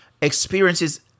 experiences